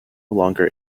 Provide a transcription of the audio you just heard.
longer